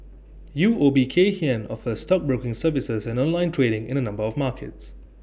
U O B Kay Hian offers stockbroking services and online trading in A number of markets